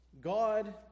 God